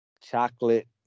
chocolate